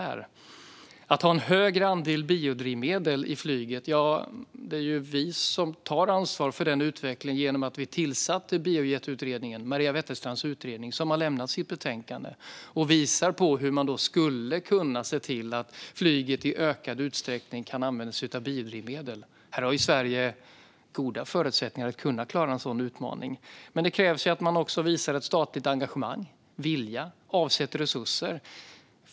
När det gäller en större andel biodrivmedel i flyget är det ju vi som tar ansvar för utvecklingen genom att vi tillsatte Biojetutredningen, Maria Wetterstrands utredning, som har lämnat sitt betänkande. Utredningen visar på hur man skulle kunna se till att flyget i större utsträckning kan använda sig av biodrivmedel. Här har Sverige goda förutsättningar att klara utmaningen, men det krävs också att man visar ett statligt engagemang i form av vilja och avsatta resurser.